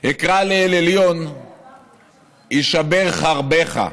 "אקרא לאל עליון ישבר חרבך".